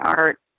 art